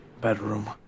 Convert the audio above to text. bedroom